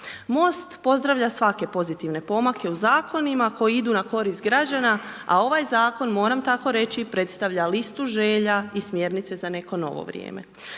MOST pozdravlja svake pozitivne pomake u zakonima koji idu na korist građana a ovaj zakon moram tako reći, predstavlja listu želja i smjernice za neko novo vrijeme.